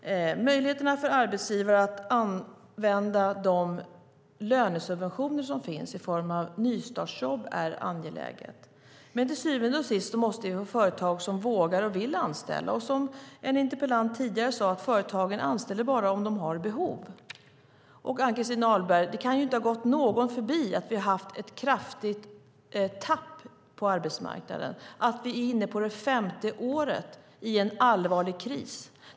Möjligheterna för arbetsgivare att använda de lönesubventioner som finns i form av nystartsjobb är något angeläget. Men till syvende och sist måste företag som vågar och vill anställa kunna göra det. Som en interpellant tidigare sade: Företagen anställer bara om de har behov. Ann-Christin Ahlberg! Det kan inte ha gått någon förbi att vi haft ett kraftigt tapp på arbetsmarknaden och att vi är inne på det femte året i en allvarlig kris.